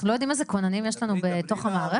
אנחנו לא יודעים איזה כוננים יש לנו בתוך המערכת?